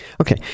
Okay